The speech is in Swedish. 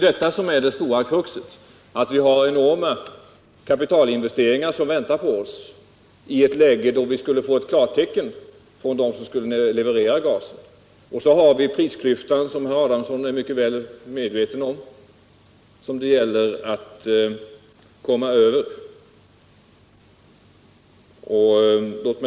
Det stora kruxet är att vi har enorma kapitalinvesteringar som väntar i ett läge då vi skulle få ett klartecken om vem som skall leverera gasen. Sedan har vi prisklyftan, som herr Adamsson är väl medveten om och som det gäller att komma över.